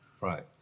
Right